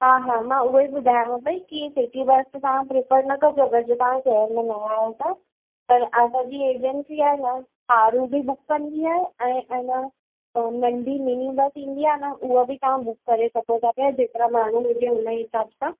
हा हा मां उहे ॿुधायांव पेई की सिटी बस तव्हां प्रिफ़र न कजो अगरि जे तव्हां शहिर में नवां आया आहियो त पर असांजी एजंसी आहे न कारूं बि बुक कंदी आहे ऐं अन नढी मिनी बस ईंदी आहे न उहा बि तव्हां बुक करे सघो था पिया जेतिरा माण्हू हुजे हुन हिसाबु सां